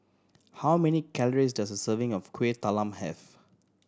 how many calories does a serving of Kueh Talam have